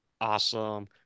Awesome